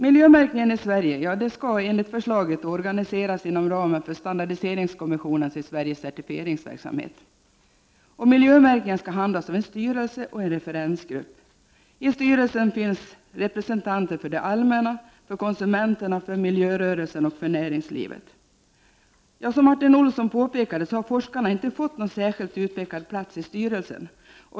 Miljömärkningen i Sverige skall enligt förslaget organiseras inom ramen för Standardiseringskommssionens i Sverige certifieringsverksamhet. Miljömärkningen skall handhas av en styrelse och en referensgrupp. I styrelsen finns representanter för det allmänna, för konsumenterna, för miljörörelsen och för näringslivet. Som Martin Olsson påpekade har forskarna inte fått någon särskilt utpekad plats i styrelsen.